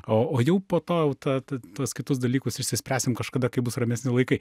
o o jau po to jau ta tuos kitus dalykus išsispręsim kažkada kai bus ramesni laikai